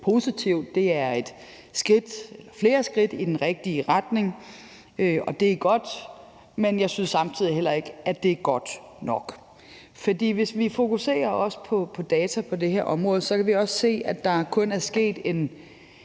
positive. Det er flere skridt i den rigtige retning, og det er godt, men jeg synes samtidig heller ikke, at det er godt nok. Kl. 16:06 For hvis vi fokuserer på data på det her område, kan vi se, at der kun er sket en